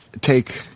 take